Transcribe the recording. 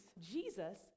Jesus